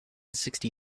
sixty